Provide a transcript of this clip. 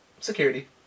Security